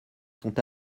sont